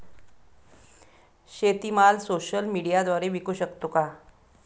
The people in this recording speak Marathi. शेतीमाल सोशल मीडियाद्वारे विकू शकतो का?